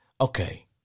Okay